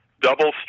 Double